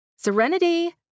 Serenity